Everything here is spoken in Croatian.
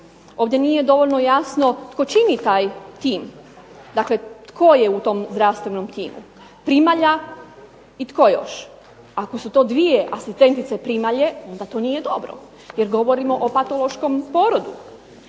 Ovdje nije dovoljno jasno tko čini taj tim, dakle tko je u tom zdravstvenom timu, primalja i tko još? Ako su to dvije asistentice primalje onda to nije dobro jer govorimo o patološkom porodu.